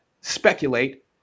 speculate